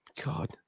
God